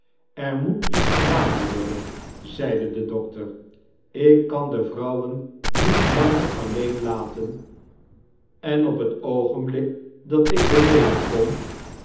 er moet iets gedaan worden zeide de dokter ik kan de vrouwen niet langer alleen laten en op t oogenblik dat ik beneden kom